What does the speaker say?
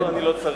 לא, אני לא צריך.